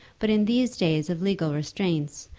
but in these days of legal restraints,